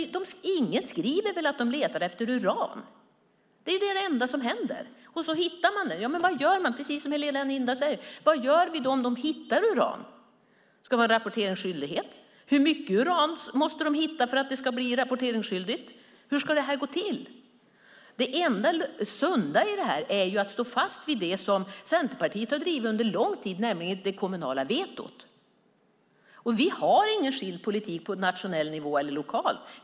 Ingen skriver väl att de letar efter uran. Det skulle inte hända någonting. Sedan hittar man kanske uran. Vad gör vi då? Det är precis som Helena Lindahl säger: Vad gör vi om de hittar uran? Ska man ha rapporteringsskyldighet? Hur mycket uran måste de hitta för att det ska bli rapporteringsskyldigt? Hur ska det gå till? Det enda sunda i det här är att stå fast vid det som Centerpartiet har drivit under lång tid, nämligen det kommunala vetot. Vi har ingen skild politik på nationell och lokal nivå.